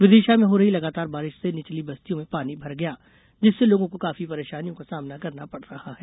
विदिशा में हो रही लगातार बारिश से निचली बस्तियों में पानी भर गया जिससे लोगों को काफी परेशानियों का सामना करना पड़ रहा है